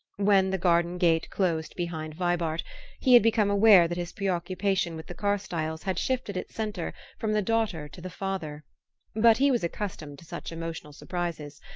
when the garden-gate closed behind vibart he had become aware that his preoccupation with the carstyles had shifted its centre from the daughter to the father but he was accustomed to such emotional surprises,